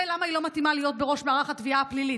זה למה היא לא מתאימה להיות בראש מערך התביעה הפלילית.